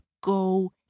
go